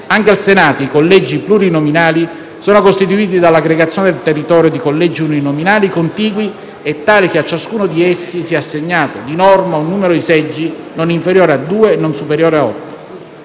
Anche al Senato i collegi plurinominali sono costituiti dall'aggregazione del territorio di collegi uninominali contigui e tali che a ciascuno di essi sia assegnato, di norma, un numero di seggi non inferiore a due e non superiore a